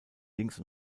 links